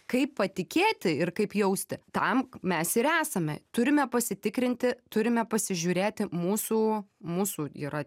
kaip patikėti ir kaip jausti tam mes ir esame turime pasitikrinti turime pasižiūrėti mūsų mūsų yra